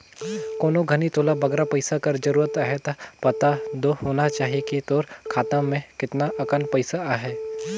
कोनो घनी तोला बगरा पइसा कर जरूरत अहे ता पता दो होना चाही कि तोर खाता में केतना अकन पइसा अहे